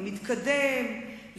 המתקדם,